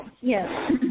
yes